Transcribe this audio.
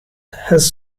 has